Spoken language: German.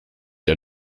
der